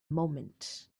moment